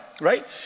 right